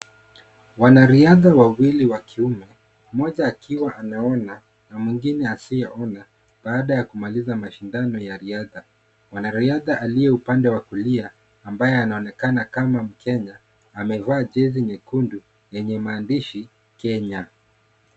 Wanariadha wawili wakiume mmoja akiwa anaona na mwingine asie ona, baada kumaliza mashindano ya riadha. Mwanariadha alie upande ya kulia ambae anaonekana kama mkenya, ameva jezi nyekundu yenye maandishi kenya.